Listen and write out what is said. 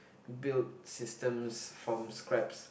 build systems from scraps